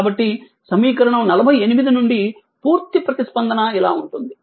కాబట్టి సమీకరణం 48 నుండి పూర్తి ప్రతిస్పందన ఇలా ఉంటుంది